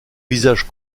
visage